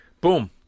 Boom